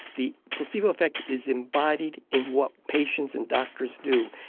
the placebo effect is embodied in what patients and doctors do.